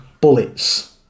bullets